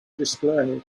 display